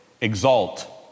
exalt